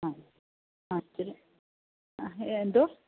ആ ആ ഇത്തിരി എന്താണ്